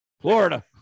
Florida